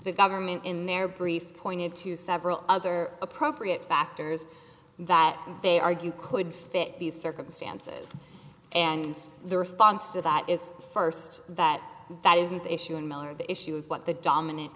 the government in their brief pointed to several other appropriate factors that they argue could fit these circumstances and the response to that is first that that isn't the issue in miller the issue is what the dominant